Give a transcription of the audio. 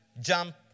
jump